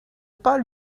pas